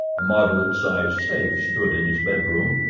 a moderate-sized safe stood in his bedroom,